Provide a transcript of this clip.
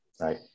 Right